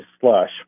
slush